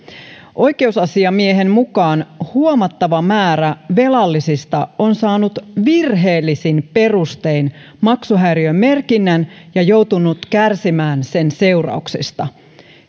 oikeusasiamiehen mukaan huomattava määrä velallisista on saanut virheellisin perustein maksuhäiriömerkinnän ja joutunut kärsimään sen seurauksista